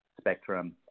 spectrum